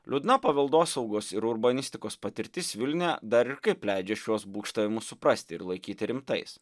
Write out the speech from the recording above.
liūdna paveldosaugos ir urbanistikos patirtis vilniuje dar kaip leidžia šiuos būgštavimus suprasti ir laikyti rimtais